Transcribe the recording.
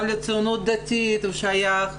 גם לציונות דתית הוא שייך.